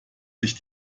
sich